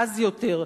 עז יותר,